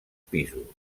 pisos